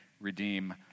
redeem